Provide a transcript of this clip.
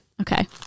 okay